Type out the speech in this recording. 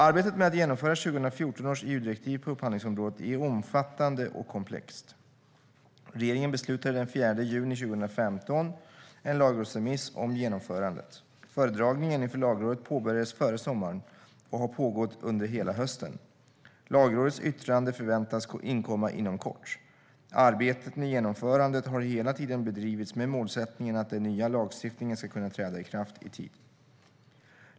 Arbetet med att genomföra 2014 års EU-direktiv på upphandlingsområdet är omfattande och komplext. Regeringen beslutade den 4 juni 2015 om en lagrådsremiss om genomförandet. Föredragningen inför Lagrådet påbörjades före sommaren och har pågått under hela hösten. Lagrådets yttrande förväntas inkomma inom kort. Arbetet med genomförandet har hela tiden bedrivits med målsättningen att den nya lagstiftningen ska kunna träda i kraft i tid.